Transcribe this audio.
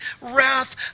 wrath